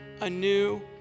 anew